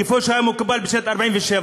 כפי שהיה מקובל בשנת 1947,